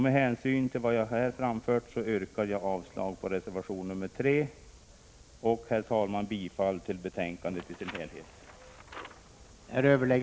Med hänsyn till det anförda yrkar jag avslag på reservation 3. Jag yrkar också bifall till utskottets hemställan i dess helhet.